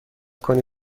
کنی